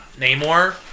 Namor